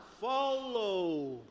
follow